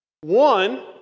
One